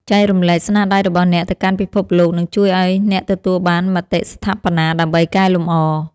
ចែករំលែកស្នាដៃរបស់អ្នកទៅកាន់ពិភពលោកនឹងជួយឱ្យអ្នកទទួលបានមតិស្ថាបនាដើម្បីកែលម្អ។